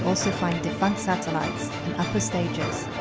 also find defunct satellites and upper-stages.